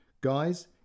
Guys